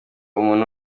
umuntu